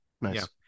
Nice